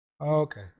Okay